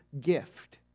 gift